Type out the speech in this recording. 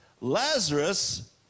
Lazarus